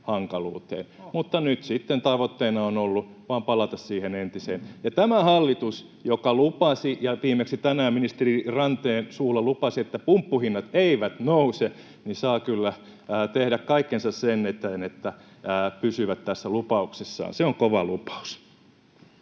mutta nyt tavoitteena on ollut vain palata siihen entiseen. Ja tämä hallitus, joka lupasi, viimeksi tänään ministeri Ranteen suulla lupasi, että pumppuhinnat eivät nouse, saa kyllä tehdä kaikkensa sen eteen, että pysyvät tässä lupauksessaan. Se on kova lupaus.